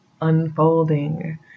unfolding